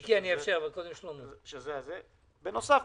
בנוסף,